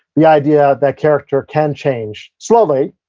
the idea that character can change. slowly,